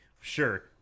Sure